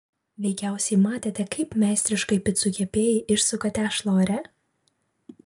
veikiausiai matėte kaip meistriškai picų kepėjai išsuka tešlą ore